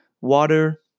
water